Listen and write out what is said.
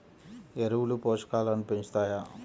ఎరువులు పోషకాలను పెంచుతాయా?